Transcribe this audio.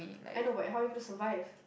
I know but how you gonna survive